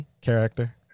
character